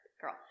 Girl